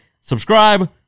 subscribe